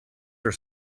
are